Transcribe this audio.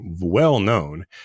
well-known